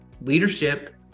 leadership